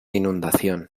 inundación